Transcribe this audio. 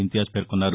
ఇంతియాజ్ పేర్కొన్నారు